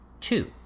Two